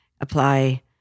apply